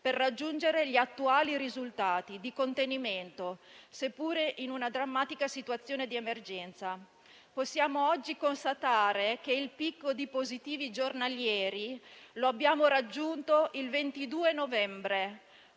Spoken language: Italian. per raggiungere gli attuali risultati di contenimento, seppure in una drammatica situazione di emergenza. Possiamo oggi constatare che il picco di positivi giornalieri è stato raggiunto il 22 novembre